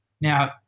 Now